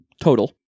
total